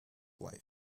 life